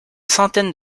centaine